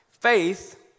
Faith